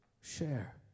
Share